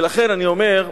לכן אני אומר: